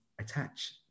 attach